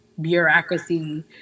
bureaucracy